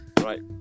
right